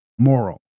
Moral